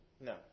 No